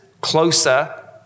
closer